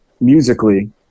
musically